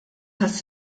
tas